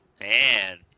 Man